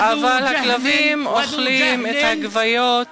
(אבל הכלבים אוכלים את הגוויות,